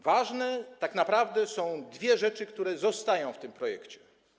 Ważne tak naprawdę są dwie rzeczy, które zostają w tym projekcie.